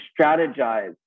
strategize